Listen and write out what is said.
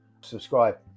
subscribe